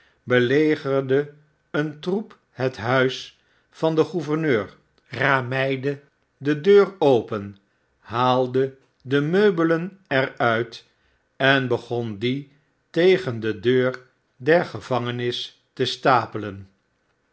belegerde een troep het huis van den gouverneur rammeide de deur open haalde de meubelen er uit en begon die tegen de deur der gevangenis te stapelen